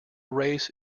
race